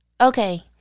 okay